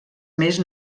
més